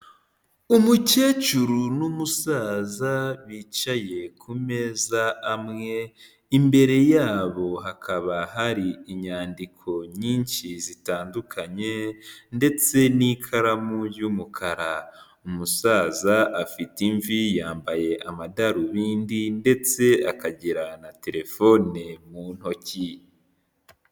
Umukecuru n'umusaza bicaye kumeza amwe, imbere yabo hakaba hari inyandiko nyinshi zitandukanye, ndetse n'ikaramu y'umukara, umusaza afite imvi yambaye amadarubindi ndetse akagira na terefone mu ntoki.